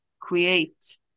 create